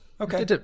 Okay